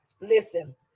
listen